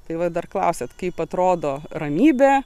tai vat dar klausiat kaip atrodo ramybė